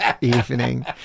evening